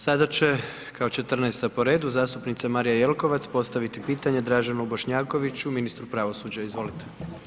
Sada će kao 14.-ta po redu zastupnica Marija Jelkovac postaviti pitanje Draženu Bošnjakoviću, ministru pravosuđa, izvolite.